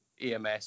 EMS